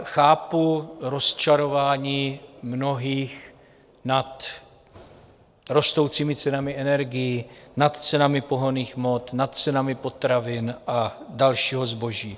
Chápu rozčarování mnohých nad rostoucími cenami energií, nad cenami pohonných hmot, nad cenami potravin a dalšího zboží.